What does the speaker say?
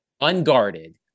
unguarded